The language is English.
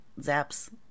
zaps